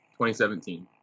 2017